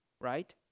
right